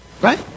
right